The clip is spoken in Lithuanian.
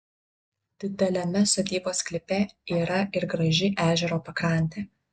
dideliame sodybos sklype yra ir graži ežero pakrantė